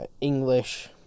English